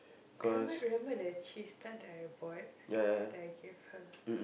I remember do remember the cheese tarts that I bought that I give her